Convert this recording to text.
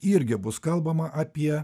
irgi bus kalbama apie